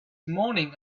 morning